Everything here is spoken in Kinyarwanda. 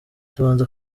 tubanza